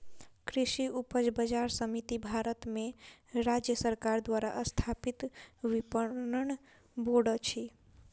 कृषि उपज बजार समिति भारत में राज्य सरकार द्वारा स्थापित विपणन बोर्ड अछि